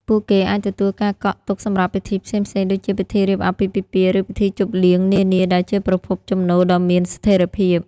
ពួកគេអាចទទួលការកក់ទុកសម្រាប់ពិធីផ្សេងៗដូចជាពិធីរៀបអាពាហ៍ពិពាហ៍ ឬពិធីជប់លៀងនានា ដែលជាប្រភពចំណូលដ៏មានស្ថិរភាព។